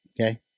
Okay